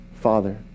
Father